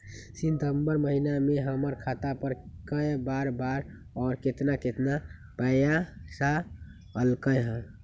सितम्बर महीना में हमर खाता पर कय बार बार और केतना केतना पैसा अयलक ह?